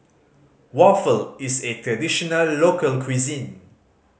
waffle is A traditional local cuisine